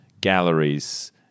galleries